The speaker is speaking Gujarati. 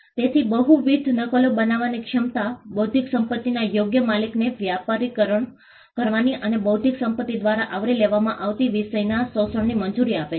તેથી બહુવિધ નકલો બનાવવાની ક્ષમતા બૌદ્ધિક સંપત્તિના યોગ્ય માલિકને વ્યાપારીકરણ કરવાની અને બૌદ્ધિક સંપત્તિ દ્વારા આવરી લેવામાં આવતી વિષયના શોષણની મંજૂરી આપે છે